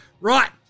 Right